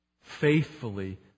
faithfully